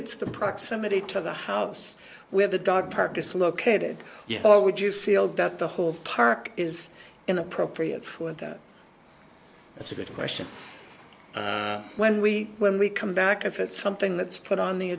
it's the proximity to the house where the dog park is located or would you feel that the whole park is inappropriate for that it's a good question when we when we come back if it's something that's put on the